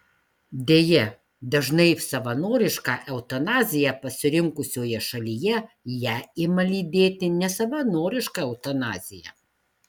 deja dažnai savanorišką eutanaziją pasirinkusioje šalyje ją ima lydėti nesavanoriška eutanazija